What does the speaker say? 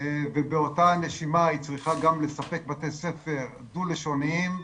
ובאותה נשימה היא צריכה גם לספק בתי ספר דו-לשוניים,